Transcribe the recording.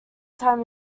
time